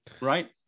right